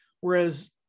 Whereas